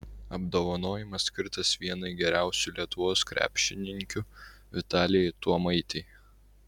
apdovanojimas skirtas vienai geriausių lietuvos krepšininkių vitalijai tuomaitei